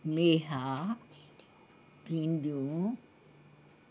मेहा भिंडियूं